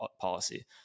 policy